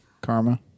Karma